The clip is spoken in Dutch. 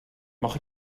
mag